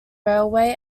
railway